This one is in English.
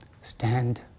Stand